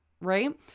right